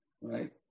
Right